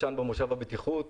ישן במושב הבטיחות.